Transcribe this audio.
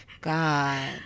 God